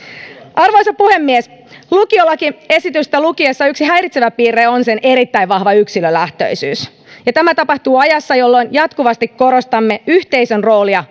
arvoisa puhemies lukiolakiesitystä lukiessa yksi häiritsevä piirre on sen erittäin vahva yksilölähtöisyys ja tämä tapahtuu ajassa jolloin jatkuvasti korostamme yhteisön roolia